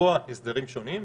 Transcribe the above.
לקבוע הסדרים שונים,